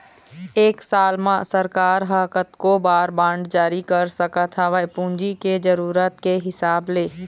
एक साल म सरकार ह कतको बार बांड जारी कर सकत हवय पूंजी के जरुरत के हिसाब ले